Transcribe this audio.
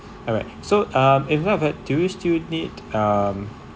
alright so um in light of that do you still need um